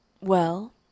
Well